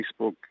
Facebook